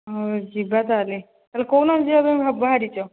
ହଉ ଯିବା ତା'ହେଲେ ତା'ହେଲେ କେଉଁ ଦିନ ଯିବା ପାଇଁ ବାହାରିଛ